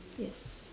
yes